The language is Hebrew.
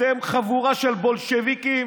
אתם חבורה של בולשביקים.